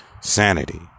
sanity